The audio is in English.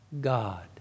God